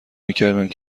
میکردند